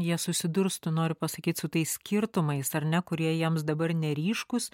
jie susidurs tu nori pasakyt su tais skirtumais ar ne kurie jiems dabar neryškūs